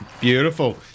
beautiful